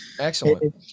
Excellent